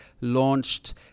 launched